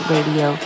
Radio